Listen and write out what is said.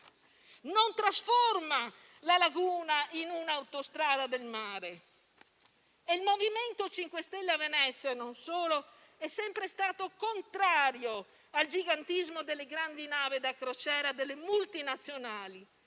non trasforma la laguna in un'autostrada del mare. Il MoVimento 5 Stelle a Venezia - e non solo - è sempre stato contrario al gigantismo delle grandi navi da crociera delle multinazionali